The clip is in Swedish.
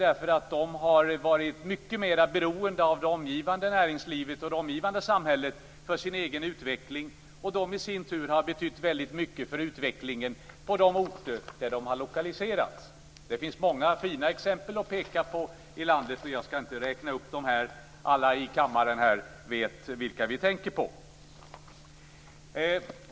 De har nämligen för sin egen utveckling varit mycket mera beroende av det omgivande näringslivet och det omgivande samhället och de har även i sin tur betytt mycket för utvecklingen på de orter där de finns lokaliserade. Det finns många fina exempel i landet att peka på men jag skall inte räkna upp dem här. Alla i denna kammare vet vilka som avses.